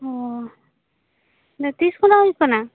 ᱚ ᱱᱮ ᱛᱤᱥ ᱠᱷᱚᱱᱟᱜ ᱦᱩᱭᱩᱜ ᱠᱟᱱᱟ